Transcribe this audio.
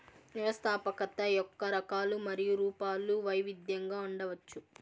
వ్యవస్థాపకత యొక్క రకాలు మరియు రూపాలు వైవిధ్యంగా ఉండవచ్చు